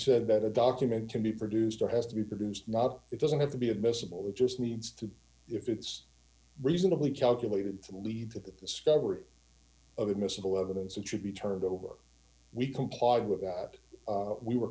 said that a document to be produced there has to be produced not it doesn't have to be admissible it just needs to if it's reasonably calculated to lead to the discovery of admissible evidence and should be turned over we complied with that we were